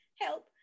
help